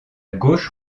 gauche